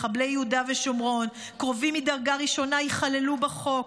מחבלי יהודה ושומרון וקרובים מדרגה ראשונה ייכללו בחוק,